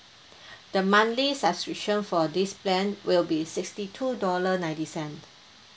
the monthly subscription for this plan will be sixty two dollar ninety cent